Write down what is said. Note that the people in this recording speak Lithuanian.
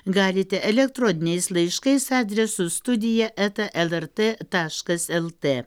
galite elektroniniais laiškais adresu studija eta lrt taškas lt